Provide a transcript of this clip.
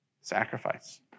sacrifice